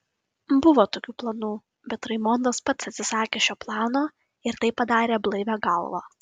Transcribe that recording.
buvo tokių planų bet raimondas pats atsisakė šio plano ir tai padarė blaivia galva